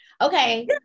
okay